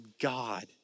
God